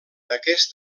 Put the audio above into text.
aquest